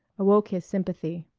awoke his sympathy.